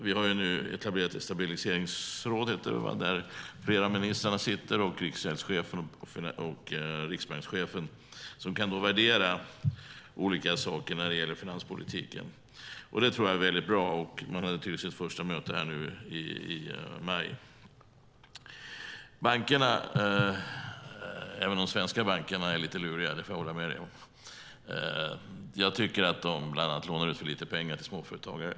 Vi har nu etablerat ett stabiliseringsråd, där flera ministrar, Riksgäldschefen och Riksbankschefen sitter. De kan värdera olika saker när det gäller finanspolitiken. Det tror jag är väldigt bra. De hade sitt första styrelsemöte i maj. Bankerna, även de svenska, är lite luriga. Det får jag hålla med om. Jag tycker att de bland annat lånar ut för lite pengar till småföretagare.